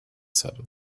saddle